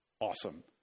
Awesome